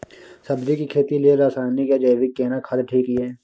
सब्जी के खेती लेल रसायनिक या जैविक केना खाद ठीक ये?